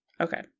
Okay